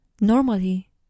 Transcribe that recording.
Normally